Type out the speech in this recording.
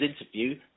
interview